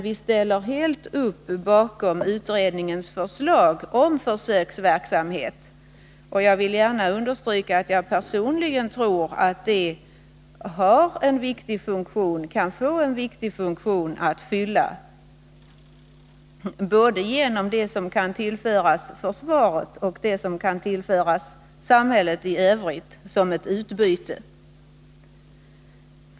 Vi ställer dock helt upp bakom utredningens förslag om försöksverksamhet, och jag vill understryka att jag personligen tror att det kan fylla en viktig funktion både genom det som kan tillföras försvaret och genom det utbyte som samhället i övrigt kan få.